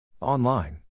Online